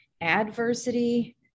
adversity